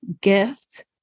gift